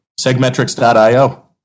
Segmetrics.io